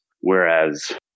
Whereas